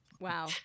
Wow